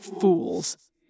Fools